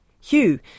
Hugh